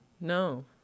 No